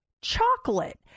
chocolate